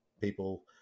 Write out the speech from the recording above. people